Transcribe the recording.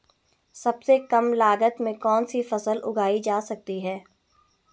सबसे कम लागत में कौन सी फसल उगाई जा सकती है